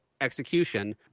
execution